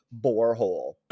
Borehole